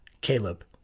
Caleb